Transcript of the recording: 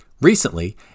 Recently